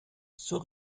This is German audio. zur